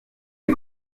les